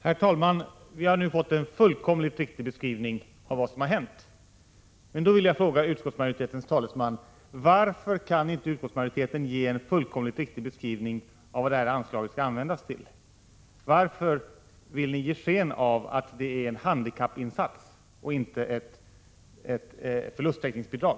Herr talman! Vi har nu fått en fullkomligt riktig beskrivning av vad som har hänt. Då vill jag fråga utskottsmajoritetens talesman: Varför kan inte utskottsmajoriteten också ge en fullkomlig riktig beskrivning av vad anslaget skall användas till? Varför vill ni ge sken av att det är en handikappinsats och inte ett förlusttäckningsbidrag?